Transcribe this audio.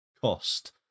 cost